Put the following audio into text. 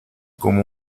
como